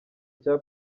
cya